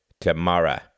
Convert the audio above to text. tomorrow